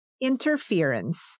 Interference